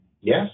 Yes